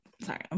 Sorry